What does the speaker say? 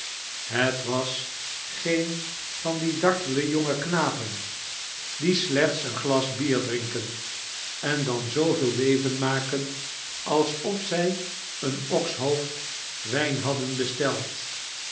het was geen van die dartele jonge knapen die slechts een glas de knecht uit de meiboom bier drinken en dan zooveel leven maken alsof zij een okshoofd wijnhadden besteld